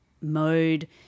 mode